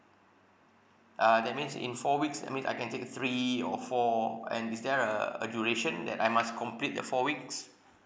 uh that means in four weeks that means I can take three or four and is there a a duration that I must complete the four weeks